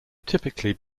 typically